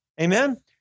Amen